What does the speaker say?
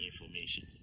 information